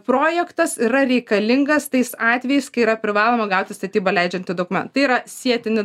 projektas yra reikalingas tais atvejais kai yra privaloma gauti statybą leidžiantį dokumentą yra sietini